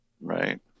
Right